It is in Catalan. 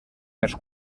més